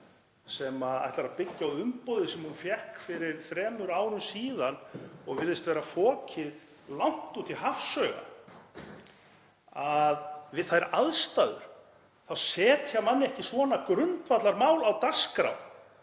sem ætlar að byggja á umboði sem hún fékk fyrir þremur árum síðan og virðist vera fokið langt út í hafsauga. Við þær aðstæður þá setja menn ekki svona grundvallarmál á dagskrá